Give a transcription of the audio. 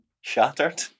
Shattered